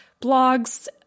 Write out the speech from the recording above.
blogs